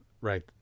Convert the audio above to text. right